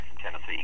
Tennessee